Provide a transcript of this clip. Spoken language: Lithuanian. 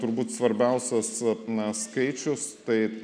turbūt svarbiausias na skaičius tai